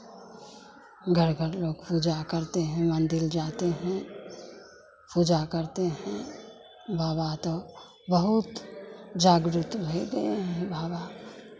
घर का लोग पूजा करते हैं मन्दिर जाते हैं पूजा करते हैं बाबा तो बहुत जागृत हो गए हैं बाबा